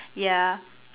ya